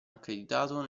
accreditato